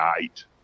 night